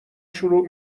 شروع